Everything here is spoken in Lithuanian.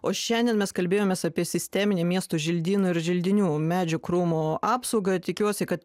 o šiandien mes kalbėjomės apie sisteminį miesto želdynų ir želdinių medžių krūmų apsaugą tikiuosi kad